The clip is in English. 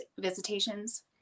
visitations